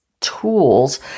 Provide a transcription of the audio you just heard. tools